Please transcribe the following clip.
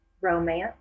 romance